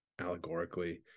allegorically